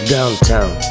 Downtown